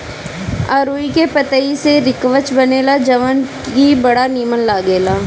अरुई के पतई से रिकवच बनेला जवन की बड़ा निमन लागेला